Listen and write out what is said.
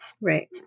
Right